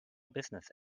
business